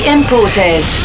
Imported